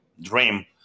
dream